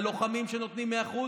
הלוחמים שנותנים 100%,